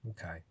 Okay